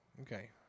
Okay